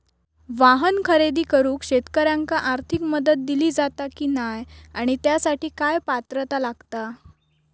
वाहन खरेदी करूक शेतकऱ्यांका आर्थिक मदत दिली जाता की नाय आणि त्यासाठी काय पात्रता लागता?